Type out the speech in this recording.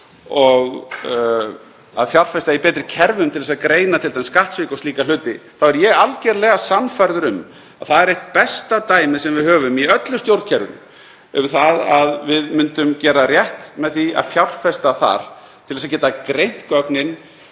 og að fjárfesta í betri kerfum til að greina t.d. skattsvik og slíka hluti, þá er ég algerlega sannfærður um að það er eitt besta dæmið sem við höfum í öllu stjórnkerfinu um það að við myndum gera rétt með því að fjárfesta þar til þess að geta greint gögnin,